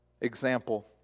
example